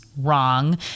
wrong